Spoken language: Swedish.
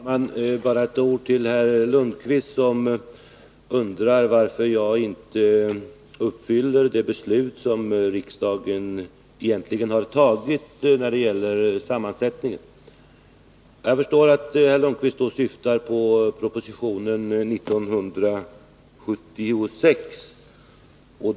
Fru talman! Bara några ord till Svante Lundkvist som undrar varför jag inte följer det beslut som riksdagen egentligen har fattat när det gäller sammansättningen. Jag förstår att herr Lundkvist syftar på propositionen 1976.